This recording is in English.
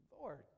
Lord